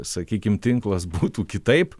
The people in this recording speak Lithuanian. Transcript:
sakykim tinklas būtų kitaip